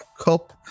Cup